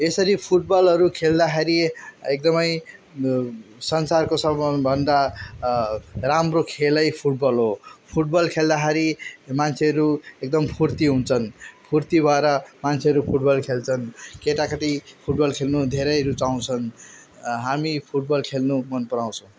यसरी फुटबलहरू खेल्दाखेरि एकदमै संसारको सबभन्दा राम्रो खेलै फुटबल हो फुटबल खेल्दाखेरि मान्छेहरू एकदम फुर्ती हुन्छन् फुर्ती भएर मान्छेहरू फुटबल खेल्छन् केटाकेटी फुटबल खेल्नु धेरै रुचाउँछन् हामी फुटबल खेल्नु मन पराउँछौँ